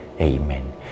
Amen